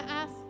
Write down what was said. ask